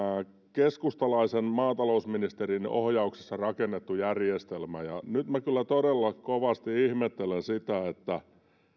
keskustalaisen maatalousministerin ohjauksessa rakennettu järjestelmä ja nyt kyllä todella kovasti ihmettelen sitä kun